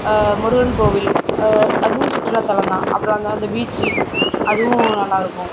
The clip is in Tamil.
முருகன் கோவில் அதுவும் சுற்றுலா தலம் தான் அப்பறம் அந்த அந்த பீச்சு அதுவும் நல்லா இருக்கும்